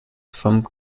from